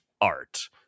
art